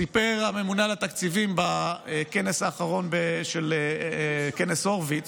סיפר הממונה על התקציבים בכנס האחרון, כנס הורביץ,